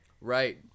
Right